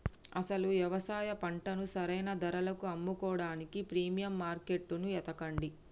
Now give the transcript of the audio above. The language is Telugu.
అసలు యవసాయ పంటను సరైన ధరలకు అమ్ముకోడానికి ప్రీమియం మార్కేట్టును ఎతకండి